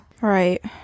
right